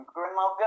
Grandma